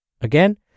Again